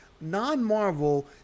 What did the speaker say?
non-marvel